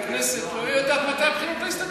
הנה, מזכירת הכנסת לא יודעת מתי הבחירות להסתדרות.